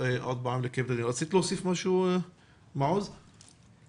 האגודה לסוכרת נעורים, בבקשה.